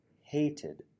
hated